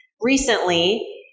recently